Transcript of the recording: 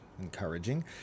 encouraging